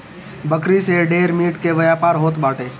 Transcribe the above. बकरी से ढेर मीट के व्यापार होत बाटे